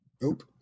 Nope